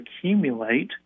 accumulate